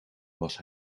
was